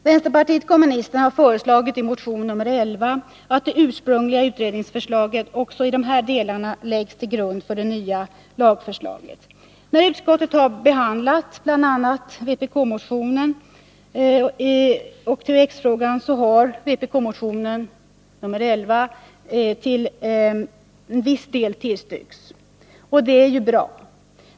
Vpk har föreslagit i motion nr 11 att det ursprungliga utredningsförslaget också i de här delarna läggs till grund för det nya lagförslaget. När utskottet har behandlat bl.a. vpk-motionen och THX-frågan har vpk-motionen nr 11 till en viss del tillstyrkts. Och det är ju bra.